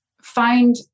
find